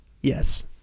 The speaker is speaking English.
yes